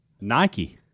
Nike